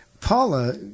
Paula